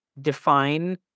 define